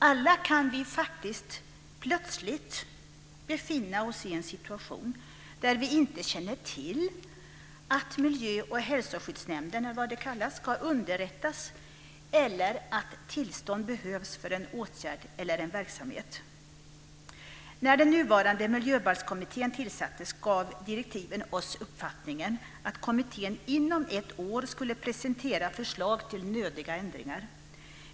Alla kan vi faktiskt plötsligt befinna oss i en situation där vi inte känner till att miljö och hälsoskyddsnämnden ska underrättas eller att tillstånd behövs för en åtgärd eller en verksamhet. När den nuvarande Miljöbalkskommittén tillsattes gav direktiven oss uppfattningen att kommittén inom ett år skulle presentera förslag till nödiga ändringar.